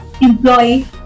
Employee